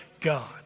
God